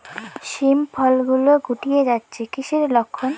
শিম ফল গুলো গুটিয়ে যাচ্ছে কিসের লক্ষন?